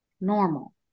normal